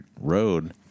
road